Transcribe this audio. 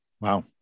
Wow